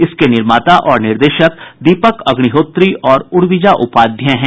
इसके निर्माता और निर्देशक दीपक अग्निहोत्री और उर्विजा उपाध्याय हैं